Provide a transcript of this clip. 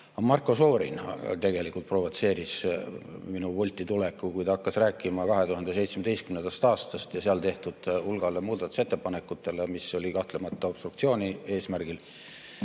Marko Šorin tegelikult provotseeris mind pulti tulema, kui ta hakkas rääkima 2017. aastast ja siis tehtud hulgast muudatusettepanekutest, mis tehti kahtlemata obstruktsiooni eesmärgil.